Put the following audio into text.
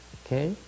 okay